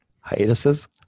hiatuses